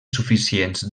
suficients